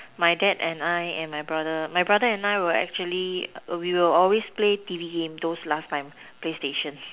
my dad and I and my brother my brother and I will actually we'll always play T_V game those last time play station